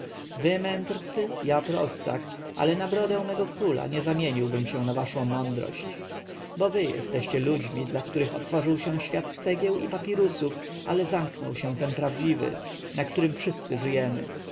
mędrcy ja prostak ale na brodę mego króla nie zamieniłbym się na waszą mądrość bo wy jesteście ludźmi dla których otworzył się świat cegieł i papirusów ale zamknął się ten prawdziwy na którym wszyscy żyjemy